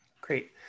Great